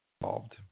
involved